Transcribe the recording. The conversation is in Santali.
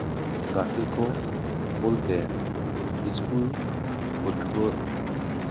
ᱜᱟᱛᱮ ᱠᱚ ᱵᱚᱞᱛᱮ ᱥᱠᱩᱞ ᱯᱟᱹᱴᱷᱩᱣᱟᱹ